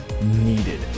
needed